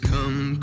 Come